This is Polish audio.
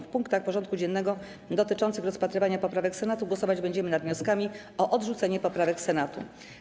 W punktach porządku dziennego dotyczących rozpatrywania poprawek Senatu głosować będziemy nad wnioskami o odrzucenie poprawek Senatu.